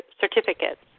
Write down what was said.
certificates